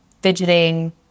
fidgeting